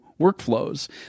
workflows